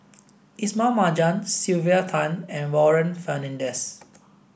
Ismail Marjan Sylvia Tan and Warren Fernandez